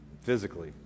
physically